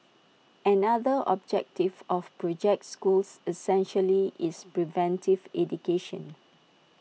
another objective of project schools essentially is preventive education